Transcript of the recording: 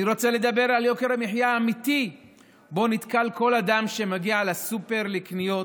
אני רוצה לדבר על יוקר המחיה האמיתי שבו נתקל כל אדם שמגיע לסופר לקניות